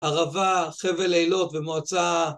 ערבה, חבל לילות, ומועצה